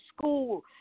school